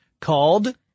called